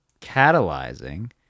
catalyzing